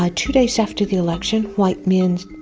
ah two days after the election white men,